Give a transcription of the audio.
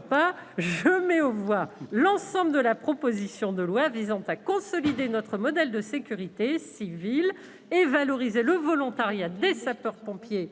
commission, modifié, l'ensemble de la proposition de loi visant à consolider notre modèle de sécurité civile et valoriser le volontariat des sapeurs-pompiers